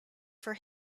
for